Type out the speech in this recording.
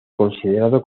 considerado